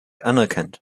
anerkannt